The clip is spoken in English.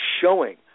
showing